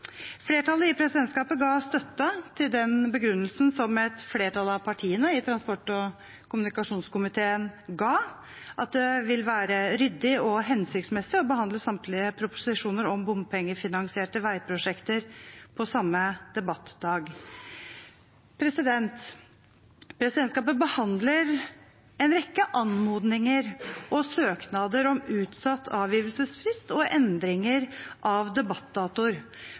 Flertallet i presidentskapet ga støtte til begrunnelsen som et flertallet av partiene i transport- og kommunikasjonskomiteen ga, at det vil være ryddig og hensiktsmessig å behandle samtlige proposisjoner om bompengefinansierte veiprosjekter på samme debattdag. Presidentskapet behandler en rekke anmodninger og søknader om utsatt avgivelsesfrist og endringer av